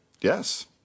Yes